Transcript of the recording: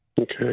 Okay